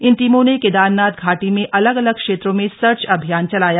इन टीमों ने केदारनाथ घाटी में अलग अलग क्षेत्रों में सर्च अभियान चलाया